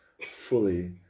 fully